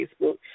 Facebook